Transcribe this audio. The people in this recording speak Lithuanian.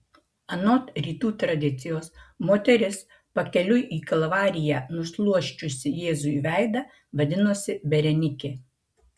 anot rytų tradicijos moteris pakeliui į kalvariją nušluosčiusi jėzui veidą vadinosi berenikė